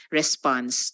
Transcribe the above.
response